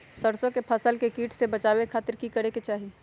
सरसों की फसल के कीट से बचावे खातिर की करे के चाही?